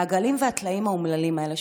העגלים והטלאים האומללים האלה,